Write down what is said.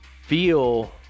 feel